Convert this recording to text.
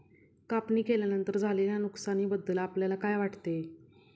कापणी केल्यानंतर झालेल्या नुकसानीबद्दल आपल्याला काय वाटते?